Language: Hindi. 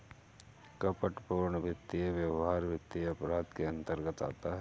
कपटपूर्ण वित्तीय व्यवहार वित्तीय अपराध के अंतर्गत आता है